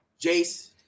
Jace